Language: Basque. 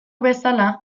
bezala